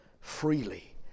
freely